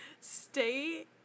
stay